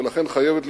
ולכן חייב להיות